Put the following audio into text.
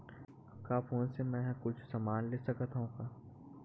का फोन से मै हे कुछु समान ले सकत हाव का?